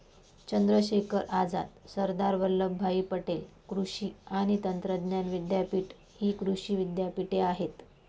चंद्रशेखर आझाद, सरदार वल्लभभाई पटेल कृषी आणि तंत्रज्ञान विद्यापीठ हि कृषी विद्यापीठे आहेत